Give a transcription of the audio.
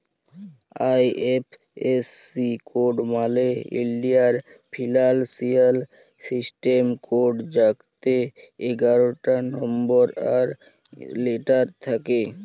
IFSC code মালে ইলডিয়াল financial system code যাতে এগারটা লম্বর আর লেটার থ্যাকে